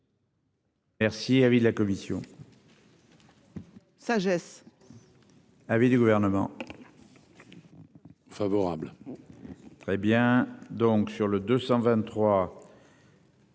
Merci. Avis de la commission. Sagesse. Avis du gouvernement. Favorable. Très bien. Donc sur le 223.